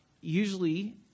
Usually